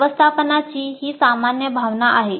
व्यवस्थापनाची ही सामान्य भावना आहे